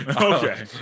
okay